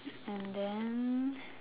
and then